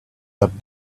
that